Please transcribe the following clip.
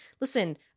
Listen